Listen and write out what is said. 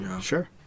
Sure